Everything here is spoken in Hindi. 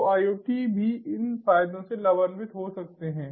तो IoT भी इन फायदों से लाभान्वित हो सकते हैं